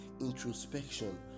introspection